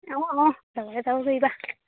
অঁ অঁ তাৰ লগতে যাব পাৰিবা